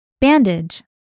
Bandage